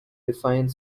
define